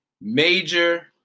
major